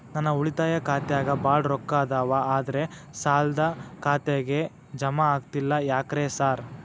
ನನ್ ಉಳಿತಾಯ ಖಾತ್ಯಾಗ ಬಾಳ್ ರೊಕ್ಕಾ ಅದಾವ ಆದ್ರೆ ಸಾಲ್ದ ಖಾತೆಗೆ ಜಮಾ ಆಗ್ತಿಲ್ಲ ಯಾಕ್ರೇ ಸಾರ್?